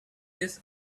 this